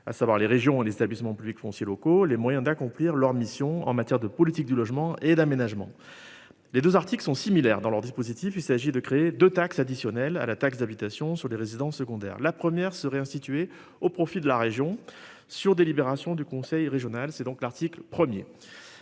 à savoir les régions, les établissements publics fonciers locaux les moyens d'accomplir leur mission en matière de politique du logement et l'aménagement. Les 2 Arctique sont similaires dans leur dispositif il s'agit de créer de taxe additionnelle à la taxe d'habitation sur les résidences secondaires. La première serait instituée au profit de la région sur délibération du conseil régional, c'est donc l'article 1er,